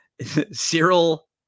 Cyril